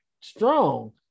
strong